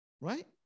right